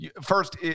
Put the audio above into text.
first